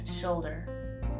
shoulder